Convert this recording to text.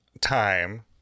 time